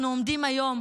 אנחנו עומדים היום